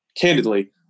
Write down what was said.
candidly